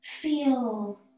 feel